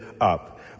up